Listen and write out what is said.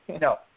No